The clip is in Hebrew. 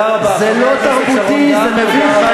זה מביך.